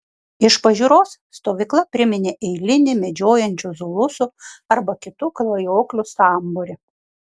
iš pažiūros stovykla priminė eilinį medžiojančių zulusų arba kitų klajoklių sambūrį